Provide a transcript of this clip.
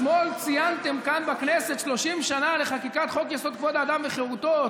אתמול ציינתם כאן בכנסת 30 שנה לחקיקת חוק-יסוד: כבוד האדם וחירותו,